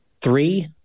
Three